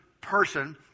person